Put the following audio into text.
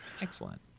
Excellent